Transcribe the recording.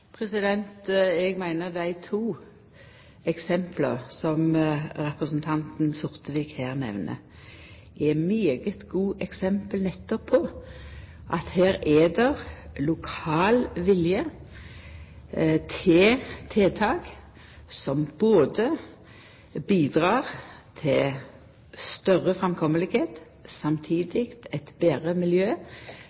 Eg meiner dei to eksempla som representanten Sortevik her nemner, er veldig gode eksempel nettopp på at det er lokal vilje til tiltak som